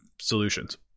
solutions